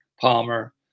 Palmer